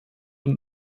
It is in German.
und